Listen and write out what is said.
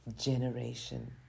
generation